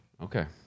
Okay